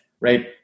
right